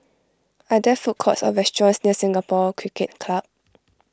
are there food courts or restaurants near Singapore Cricket Club